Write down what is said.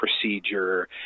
procedure